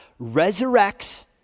resurrects